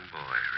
boy